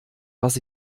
was